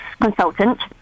consultant